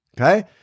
okay